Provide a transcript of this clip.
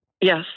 Yes